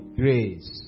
grace